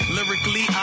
Lyrically